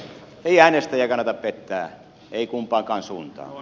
ei äänestäjää kannata pettää ei kumpaankaan suuntaan